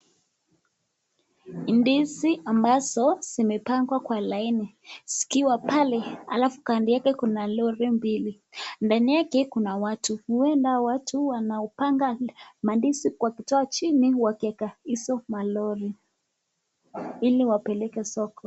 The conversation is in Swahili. Ndizi ambazo zimepangwa kwa laini zikiwa pale alafu kando yake kuna lori mbili. Mbele yake kuna watu, ueda hao watu wanaopanga mandizi wakitoa chini wakieka hizo malori ili wapeleke soko.